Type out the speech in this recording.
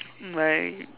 my